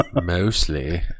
Mostly